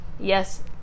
yes